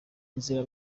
nzira